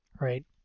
Right